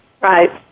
Right